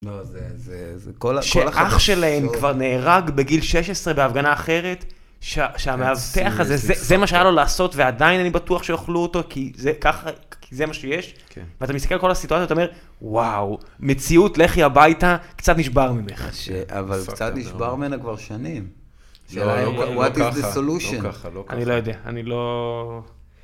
שאח שלהם כבר נהרג בגיל 16 בהפגנה אחרת, שהמאבטח הזה, זה מה שהיה לו לעשות, ועדיין אני בטוח שאוכלו אותו, כי זה ככה, כי זה מה שיש. ואתה מסתכל על כל הסיטואציות ואתה אומר, וואו, מציאות לכי הביתה, קצת נשבר ממך. אבל קצת נשבר ממנה כבר שנים. של מה, לא ככה, לא ככה, לא ככה. אני לא יודע, אני לא...